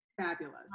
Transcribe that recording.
fabulous